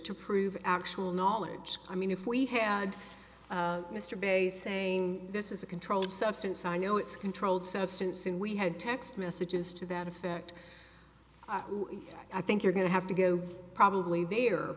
to prove actual knowledge i mean if we had mr basing this is a controlled substance i know it's controlled substance and we had text messages to that effect i think you're going to have to go probably the